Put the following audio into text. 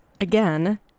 Again